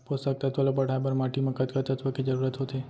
पोसक तत्व ला बढ़ाये बर माटी म कतका तत्व के जरूरत होथे?